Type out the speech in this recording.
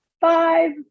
Five